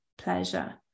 Pleasure